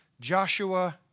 Joshua